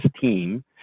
team